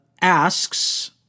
asks